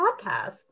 podcast